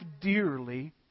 dearly